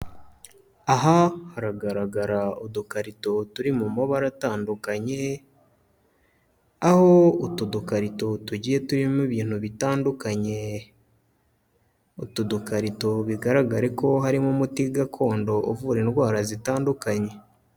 Aha haragaragara udukarito turi mu mabara atandukanye, aho utu dukarito tugiye turimo ibintu bitandukanye. Utu dukarito bigaragare ko harimo umuti gakondo uvura indwara zitandukanye.